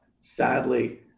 Sadly